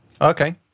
Okay